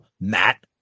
Matt